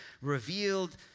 revealed